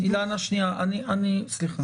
סליחה.